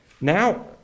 Now